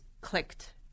clicked